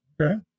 Okay